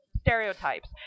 stereotypes